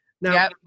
Now